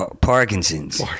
Parkinson's